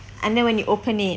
and then when you open it